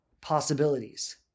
possibilities